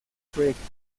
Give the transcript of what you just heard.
proyectos